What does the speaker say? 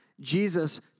Jesus